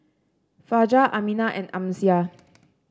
Fajar Aminah and Amsyar